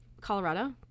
colorado